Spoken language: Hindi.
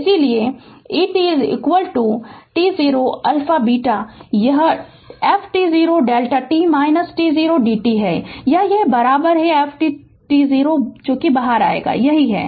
इसलिए a t t0 α β यह f t0 Δ t t0 d t है या बराबर है यह f t0 बाहर आएगा यह यहीं है